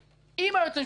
עם היועץ המשפטי לממשלה,